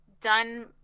done